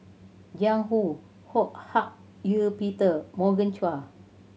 Jiang Hu Ho Hak Ean Peter Morgan Chua